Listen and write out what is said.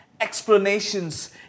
explanations